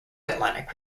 atlantic